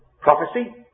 prophecy